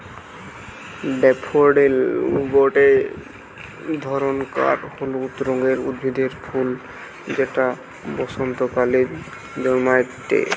daffodil গটে ধরণকার হলুদ রঙের উদ্ভিদের ফুল যেটা বসন্তকালে জন্মাইটে